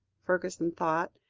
fergusson thought,